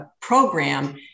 program